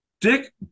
Dick